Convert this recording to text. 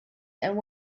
and